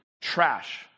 trash